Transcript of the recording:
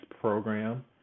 program